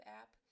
app